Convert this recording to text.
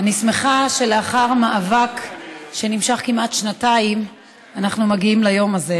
אני שמחה שלאחר מאבק שנמשך כמעט שנתיים אנחנו מגיעים ליום הזה.